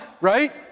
right